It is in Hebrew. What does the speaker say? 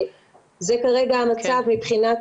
זה כרגע המצב מבחינת